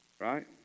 Right